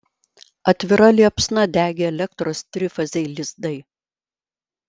atvira liepsna degė elektros trifaziai lizdai